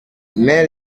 mais